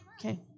Okay